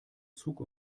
zug